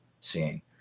seeing